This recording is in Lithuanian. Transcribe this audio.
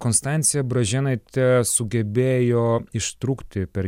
konstancija bražėnaitė sugebėjo ištrūkti per